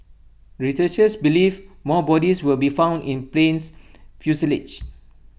researchers believe more bodies will be found in plane's fuselage